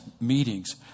meetings